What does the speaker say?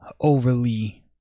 overly